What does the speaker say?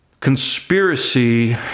conspiracy